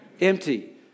empty